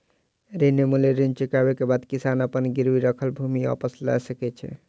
ऋण मूल्य पूर्ण चुकबै के बाद किसान अपन गिरवी राखल भूमि वापस लअ सकै छै